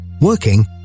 Working